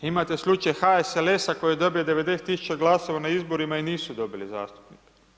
Imate slučaj HSLS-a koji je dobio 90.000 glasova na izborima, i nisu dobili zastupnika.